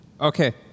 Okay